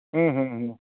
ᱦᱩᱸ ᱦᱩᱸ ᱦᱩᱸ